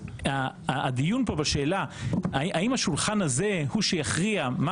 הדיון כאן בשאלה האם השולחן הזה הוא שיכריע מה